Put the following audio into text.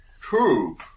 True